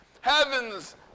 heavens